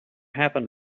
happened